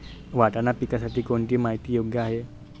वाटाणा पिकासाठी कोणती माती योग्य आहे?